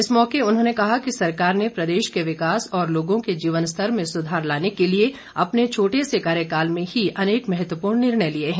इस मौके उन्होंने कहा कि सरकार ने प्रदेश के विकास और लोगों के जीवन स्तर में सुधार लाने के लिए अपने छोटे से कार्यकाल में ही अनेक महत्वपूर्ण निर्णय लिए हैं